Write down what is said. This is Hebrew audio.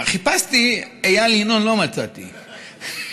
חיפשתי איל ינון, לא מצאתי.